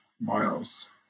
miles